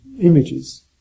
images